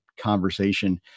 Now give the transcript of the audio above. conversation